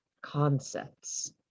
concepts